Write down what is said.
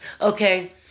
Okay